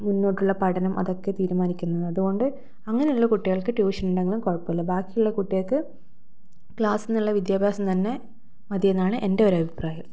മുന്നോട്ടുള്ള പഠനം അതൊക്കെ തീരുമാനിക്കുന്നത് അതുകൊണ്ട് അങ്ങനെയുള്ള കുട്ടികൾക്ക് ട്യൂഷൻ ഉണ്ടെങ്കിലും കുഴപ്പമില്ല ബാക്കിയുള്ള കുട്ടികൾക്ക് ക്ലാസ്സിന്നുള്ള വിദ്യാഭ്യാസം തന്നെ മതി എന്നാണ് എൻ്റെ ഒരു അഭിപ്രായം